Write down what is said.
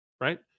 right